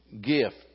gift